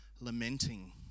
lamenting